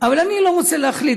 אבל אני לא רוצה להחליט,